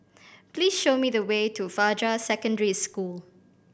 please show me the way to Fajar Secondary School